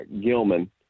Gilman